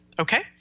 okay